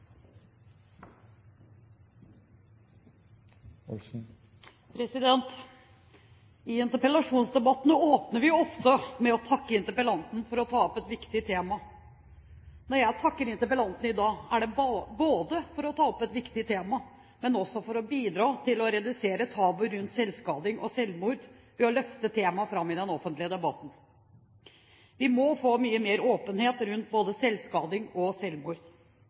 I interpellasjonsdebatter åpner vi ofte med å takke interpellanten for å ta opp et viktig tema. Når jeg takker interpellanten i dag, er det ikke bare for å ta opp et viktig tema, men også for å bidra til å redusere tabuet rundt selvskading og selvmord ved å løfte temaet fram i den offentlige debatten. Vi må få mye mer åpenhet rundt både selvskading og selvmord.